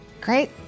Great